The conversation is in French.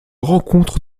rencontre